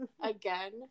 again